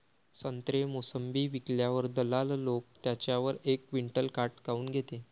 संत्रे, मोसंबी विकल्यावर दलाल लोकं त्याच्यावर एक क्विंटल काट काऊन घेते?